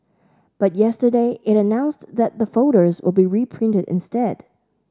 but yesterday it announced that the folders will be reprinted instead